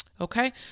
Okay